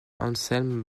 anselme